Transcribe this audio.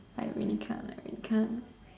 I really can't I really can't